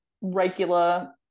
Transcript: regular